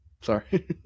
Sorry